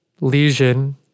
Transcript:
lesion